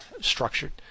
structured